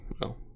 no